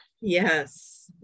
yes